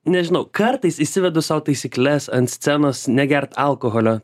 nežinau kartais įsivedu sau taisykles ant scenos negert alkoholio